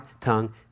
tongue